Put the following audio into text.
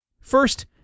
First